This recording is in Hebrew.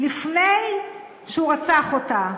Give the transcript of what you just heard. לפני שהוא רצח אותה